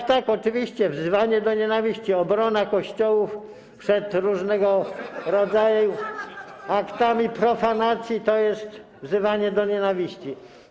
No tak, oczywiście, wzywanie do nienawiści - obrona kościołów przed różnego rodzaju aktami profanacji [[Wesołość na sali]] to jest wzywanie do nienawiści.